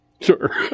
Sure